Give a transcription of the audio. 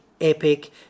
epic